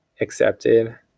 accepted